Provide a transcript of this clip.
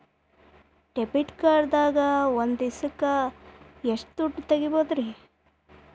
Debit card ದಾಗ ಒಂದ್ ದಿವಸಕ್ಕ ಎಷ್ಟು ದುಡ್ಡ ತೆಗಿಬಹುದ್ರಿ?